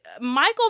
Michael